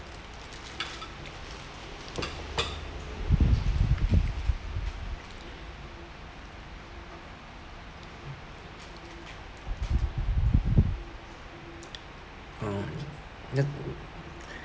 um ya